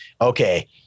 okay